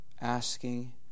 asking